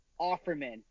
Offerman